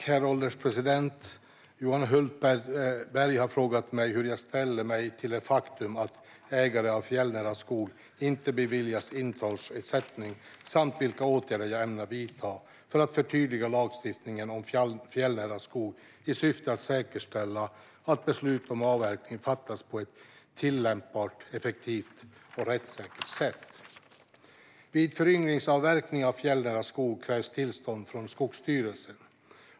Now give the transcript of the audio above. Herr ålderspresident! Johan Hultberg har frågat mig hur jag ställer mig till det faktum att ägare av fjällnära skog inte beviljas intrångsersättning samt vilka åtgärder jag ämnar vidta för att förtydliga lagstiftningen om fjällnära skog i syfte att säkerställa att beslut om avverkning fattas på ett tillämpbart, effektivt och rättssäkert sätt. Vid föryngringsavverkning av fjällnära skog krävs tillstånd från Skogsstyrelsen.